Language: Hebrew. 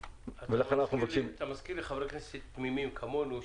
אתה מזכיר לי חברי כנסת תמימים כמונו,